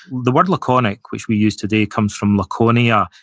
the word laconic, which we use today, comes from laconia,